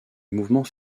mouvement